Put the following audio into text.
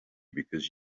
because